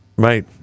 Right